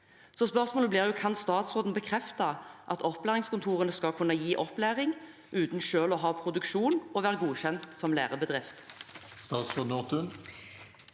spørsmålet blir: Kan statsråden bekrefte at opplæringskontorene skal kunne gi opplæring uten selv å ha produksjon og være godkjent som lærebedrift?